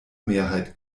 mehrheit